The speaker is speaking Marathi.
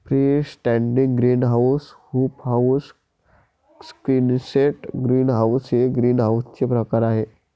free standing greenhouse, hoop house, Quonset greenhouse हे ग्रीनहाऊसचे प्रकार आहे